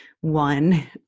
one